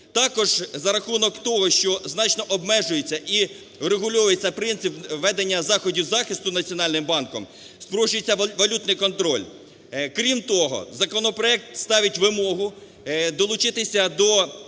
Також за рахунок того, що значно обмежується і врегульовується принцип введення заходів захисту Національним банком, спрощується валютний контроль. Крім того, законопроект ставить вимогу долучитися до